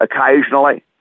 occasionally